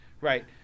right